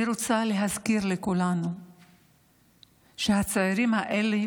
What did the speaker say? אני רוצה להזכיר לכולנו שהצעירים האלה